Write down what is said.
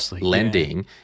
lending